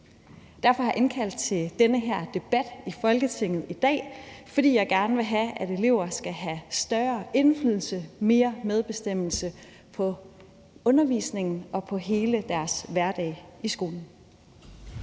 Derfor har jeg indkaldt til den her debat i Folketinget i dag. Det er, fordi jeg gerne vil have, at elever skal have større indflydelse og mere medbestemmelse på undervisningen og på hele deres hverdag i skolen.